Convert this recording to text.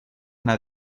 una